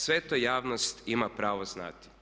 Sve to javnost ima pravo znati.